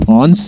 on